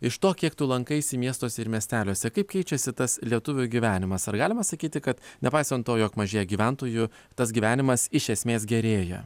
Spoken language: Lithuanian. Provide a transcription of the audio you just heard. iš to kiek tu lankaisi miestuose ir miesteliuose kaip keičiasi tas lietuvių gyvenimas ar galima sakyti kad nepaisant to jog mažėja gyventojų tas gyvenimas iš esmės gerėja